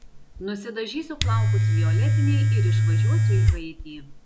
nusidažysiu plaukus violetiniai ir išvažiuosiu į haitį